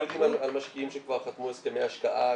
אנחנו יודעים על משקיעים שכבר חתמו הסכמי השקעה,